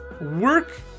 work